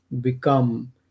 become